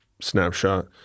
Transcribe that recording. snapshot